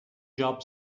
job